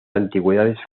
antigüedades